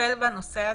ולטפל בנושא הזה,